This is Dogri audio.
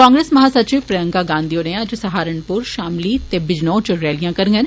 कांग्रेस महासचिव प्रियंका गांधी होर अज्ज सहारनपुर शामली ते बिजनौर इच रैलिया करडन